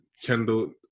Kendall